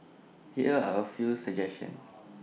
here are A few suggestions